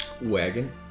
wagon